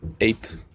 Eight